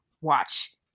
watch